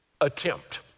attempt